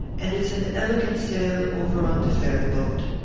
and it's an elegant sail over on de ferry-boat.